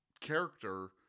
character